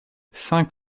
cinq